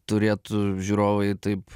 turėtų žiūrovai taip